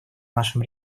нашем